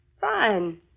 Fine